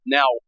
Now